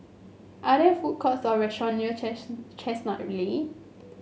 are there food courts or restaurant near Chestnut Lane